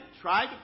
try